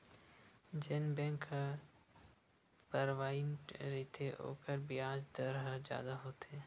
जेन बेंक ह पराइवेंट रहिथे ओखर बियाज दर ह जादा होथे